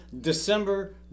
December